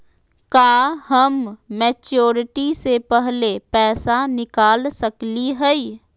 का हम मैच्योरिटी से पहले पैसा निकाल सकली हई?